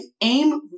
aim